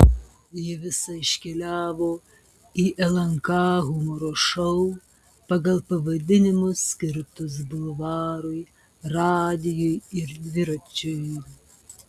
ji visa iškeliavo į lnk humoro šou pagal pavadinimus skirtus bulvarui radijui ir dviračiui